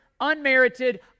unmerited